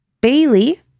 Bailey